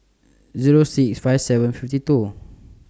Zero six five seven fifty two